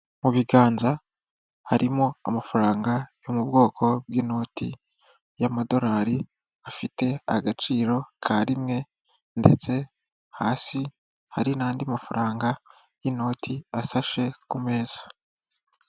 Mu biganza harimo amafaranga yo mu bwoko bw'inoti y'amadorari, afite agaciro ka rimwe ndetse hasi hari n'andi mafaranga y'inoti asashe ku meza.